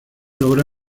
logra